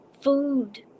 food